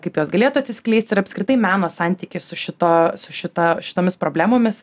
kaip jos galėtų atsiskleisti ir apskritai meno santykis su šito su šita šitomis problemomis